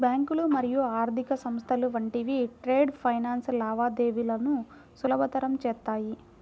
బ్యాంకులు మరియు ఆర్థిక సంస్థలు వంటివి ట్రేడ్ ఫైనాన్స్ లావాదేవీలను సులభతరం చేత్తాయి